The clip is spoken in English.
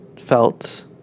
felt